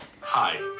hi